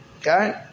Okay